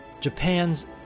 Japan's